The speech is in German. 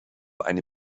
eine